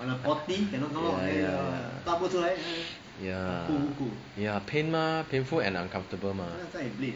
ya ya ya ya pain mah painful and uncomfortable mah